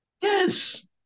Yes